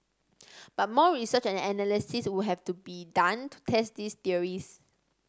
but more research and analysis would have to be done to test these theories